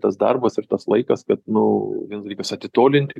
tas darbas ir tas laikas kad nu vienas dalykas atitolinti